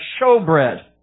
showbread